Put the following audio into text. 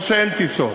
או שאין טיסות,